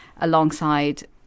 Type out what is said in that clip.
alongside